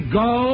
go